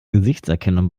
gesichtserkennung